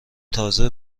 تازه